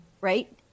right